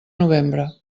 novembre